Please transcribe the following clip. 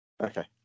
Okay